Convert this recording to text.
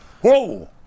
Whoa